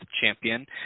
champion